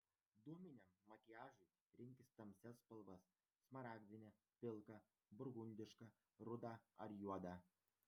dūminiam makiažui rinkis tamsias spalvas smaragdinę pilką burgundišką rudą ar juodą